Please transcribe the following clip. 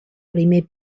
primer